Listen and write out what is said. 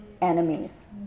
enemies